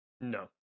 No